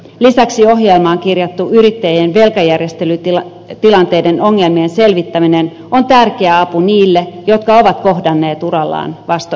lisäksi ohjelmaan kirjattu yrittäjien velkajärjestelytilanteiden ongelmien selvittäminen on tärkeä apu niille jotka ovat kohdanneet urallaan vastoinkäymisiä